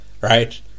Right